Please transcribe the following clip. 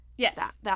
Yes